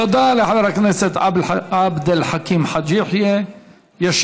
תודה לחבר הכנסת עבד אל חכים חאג' יחיא.